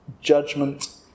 Judgment